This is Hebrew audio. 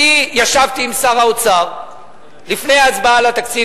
אני ישבתי עם שר האוצר לפני ההצבעה על התקציב,